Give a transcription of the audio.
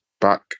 back